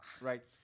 right